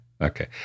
okay